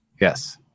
Yes